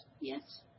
Yes